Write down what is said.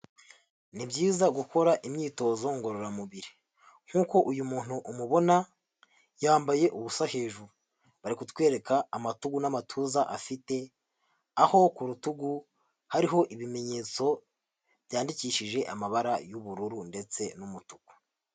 Nibyiza gukora imyitozo ngororamubiri, nk'uko uyu muntu umubona yambaye ubusa hejuru, bari kutwereka amatugu n'amatuza afite aho ku rutugu hariho ibimenyetso byandikishije amabara y'ubururu ndetse n'umutuku.